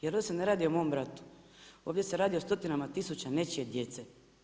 Jer to se ne radi o mom bratu, ovdje se radi o stotinama tisuća nečije djece.